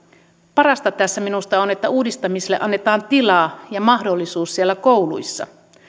parasta tässä minusta on että uudistamiselle annetaan tilaa ja mahdollisuus siellä kouluissa